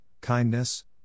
kindness